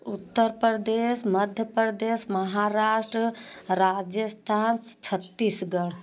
Uttar Pradesh Madhya Pradesh Maharashtra Rajasthan Chhattisgarh